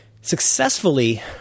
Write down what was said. successfully